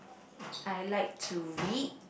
I like to read